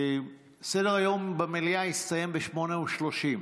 סדר-היום במליאה יסתיים ב-20:30.